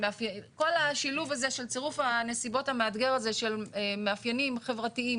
וכל השילוב הזה של צירוף הנסיבות המאתגר הזה של מאפיינים חברתיים,